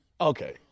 Okay